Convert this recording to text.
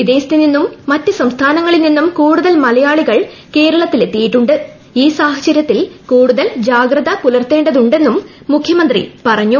വിദേശത്ത് നിന്നും മറ്റ് സംസ്ഥാനങ്ങളിൽ നിന്നും കൂടുതൽ മലയാളികൾ കേരളത്തിലെത്തിയിട്ടുണ്ട് ഈ സാഹചര്യത്തിൽ കൂടുതൽ ജാഗ്രത പുലർത്തേണ്ടതുണ്ടെന്നും മുഖ്യമന്ത്രി പറഞ്ഞു